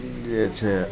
जे छै